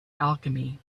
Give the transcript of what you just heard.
alchemy